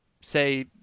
say